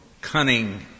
cunning